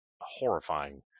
horrifying